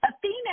Athena